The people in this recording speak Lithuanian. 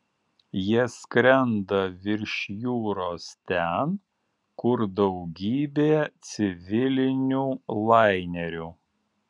jie skrenda virš jūros ten kur daugybė civilinių lainerių